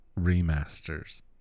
remasters